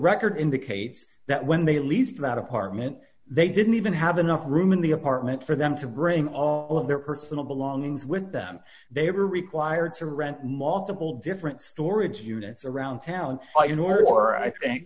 record indicates that when they leased lot of apartment they didn't even have enough room in the apartment for them to bring all of their personal belongings with them they were required to rent multiple different storage units around town